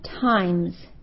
times